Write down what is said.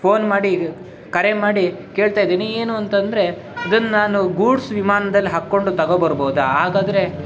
phone ಮಾಡಿ ಕರೆ ಮಾಡಿ ಕೇಳ್ತಾ ಇದ್ದೀನಿ ಏನು ಅಂತಂದರೆ ಇದನ್ನು ನಾನು ಗೂಡ್ಸ್ ವಿಮಾನ್ದಲ್ಲಿ ಹಾಕಿಕೊಂಡು ತೊಗೊಬರ್ಬೋದಾ ಹಾಗಾದರೆ